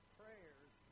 prayers